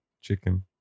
Chicken